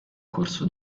corso